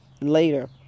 later